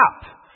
Stop